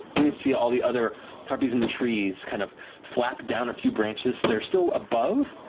see all the other harpies in the trees kind of flap down a few branches. they're still above,